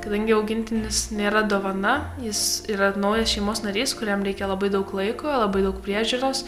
kadangi augintinis nėra dovana jis yra naujas šeimos narys kuriam reikia labai daug laiko labai daug priežiūros